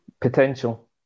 potential